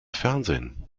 fernsehen